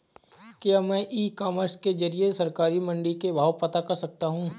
क्या मैं e commerce के ज़रिए सरकारी मंडी के भाव पता कर सकता हूँ?